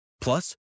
Plus